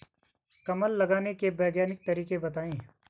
कमल लगाने के वैज्ञानिक तरीके बताएं?